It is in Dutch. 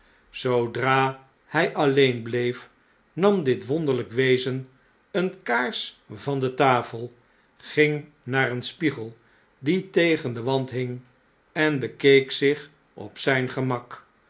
zoodra hy alleen bleef nam dit wonderljjk wezen eene kaars van de tafel ging naar een spiegel die tegen den wand hing en bekeek zich op zijn gemak